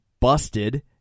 Busted